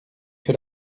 que